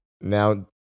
Now